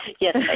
Yes